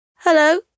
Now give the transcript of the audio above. Hello